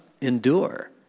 endure